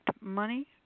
money